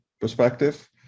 perspective